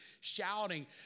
Shouting